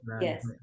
Yes